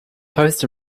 post